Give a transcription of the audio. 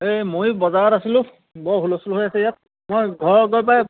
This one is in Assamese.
এই ময়ো বজাৰত আছিলোঁ বৰ হুলস্থুল হৈ আছে ইয়াত মই ঘৰ গৈ পায়